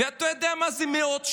אתה יודע מה זה מאות מיליונים.